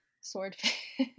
swordfish